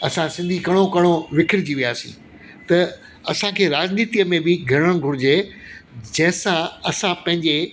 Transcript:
असां सिंधी कणो कणो विकरजी वियासीं त असांखे राजनीतिअ में बि घणण घुरिजे जंहिंसां असां पंहिंजे